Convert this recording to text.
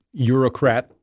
Eurocrat